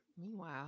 Meanwhile